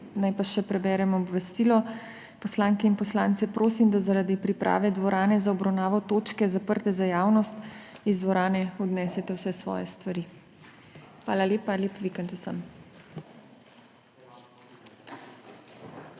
Naj še preberem obvestilo. Poslanke in poslance prosim, da zaradi priprave dvorane za obravnavo točke, zaprte za javnost, iz dvorane odnesejo vse svoje stvari. Hvala lepa, lep vikend vsem.